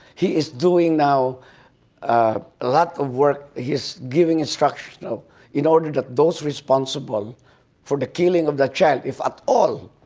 he is doing now a lot of work, he is giving instruction in order that those responsible for the killing of the child, if at all